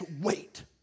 wait